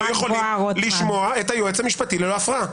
יכולים לשמוע את היועץ המשפטי ללא הפרעה.